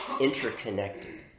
interconnected